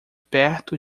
perto